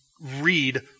read